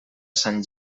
sant